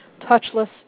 touchless